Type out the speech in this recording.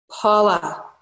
Paula